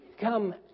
come